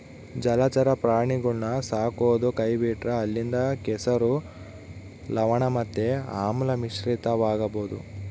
ಜಲಚರ ಪ್ರಾಣಿಗುಳ್ನ ಸಾಕದೊ ಕೈಬಿಟ್ರ ಅಲ್ಲಿಂದ ಕೆಸರು, ಲವಣ ಮತ್ತೆ ಆಮ್ಲ ಮಿಶ್ರಿತವಾಗಬೊದು